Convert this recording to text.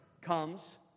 comes